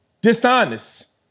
dishonest